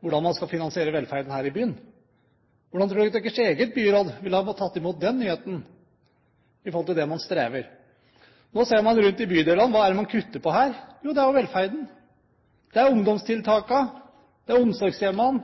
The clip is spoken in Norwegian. Hvordan tror de deres eget byråd ville ha tatt imot den nyheten, sett i forhold til at man strever? Hvis vi ser rundt om i bydelene, hva er det man kutter i der? Jo, det er i velferden – det er i ungdomstiltakene, det er i omsorgshjemmene.